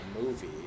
movie